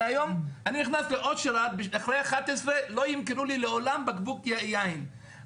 הרי היום אחרי 23:00 לא ימכרו לי לעולם בקבוק יין,